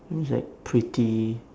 things like pretty